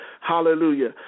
Hallelujah